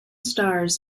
stars